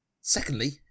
secondly